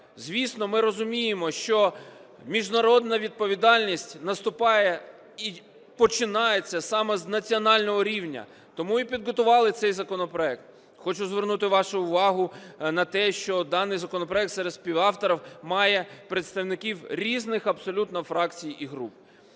Звісно, ми розуміємо, що міжнародна відповідальність наступає і починається саме з національного рівня, тому і підготували цей законопроект. Хочу звернути вашу увагу на те, що даний законопроект серед співавторів має представників різних абсолютно фракцій і груп.